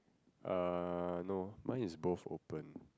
uh no mine is both open